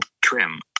trim